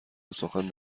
بسخن